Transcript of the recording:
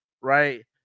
right